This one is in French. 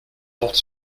porte